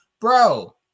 Bro